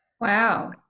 Wow